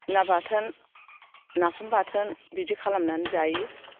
ना बाथोन नाफाम बाथोन बिदि खालामनानै जायो